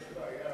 יש בעיה